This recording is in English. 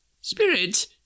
Spirit